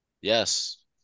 Yes